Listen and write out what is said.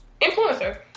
influencer